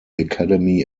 academy